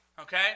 okay